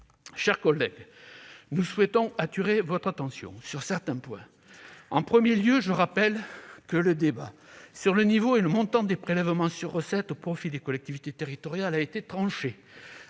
Chers collègues, nous souhaitons attirer votre attention sur certains points. Je rappelle tout d'abord que le débat sur le niveau et le montant des prélèvements sur recettes au profit des collectivités territoriales a été tranché